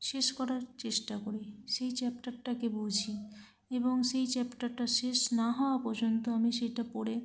শেষ করার চেষ্টা করি সেই চ্যাপ্টারটাকে বুঝি এবং সেই চ্যাপ্টারটা শেষ না হওয়া পর্যন্ত আমি সেটা পড়ে